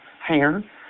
hair